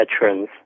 veterans